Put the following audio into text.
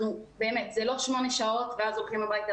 זה לא שמונה שעות ואז הולכים הביתה.